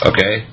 Okay